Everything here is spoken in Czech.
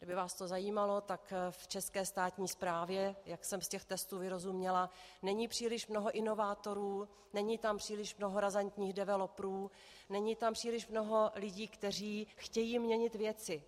Kdyby vás to zajímalo, tak v české státní správě, jak jsem z těch testů vyrozuměla, není příliš mnoho inovátorů, není tam příliš mnoho razantních developerů, není tam příliš mnoho lidí, kteří chtějí měnit věci.